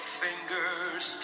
fingers